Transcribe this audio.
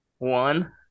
One